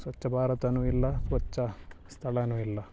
ಸ್ವಚ್ಛ ಭಾರತವೂ ಇಲ್ಲ ಸ್ವಚ್ಛ ಸ್ಥಳವೂ ಇಲ್ಲ